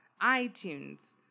iTunes